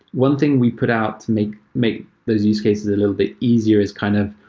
one thing we put out to make make those use cases a little bit easier is kind of,